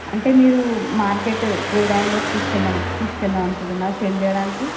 అంటే మీరు market godown లోకి తీసుకెళ్దాం తీసుకెళ్దాం అనుకుంటున్నారా సేల్ చేయడానికి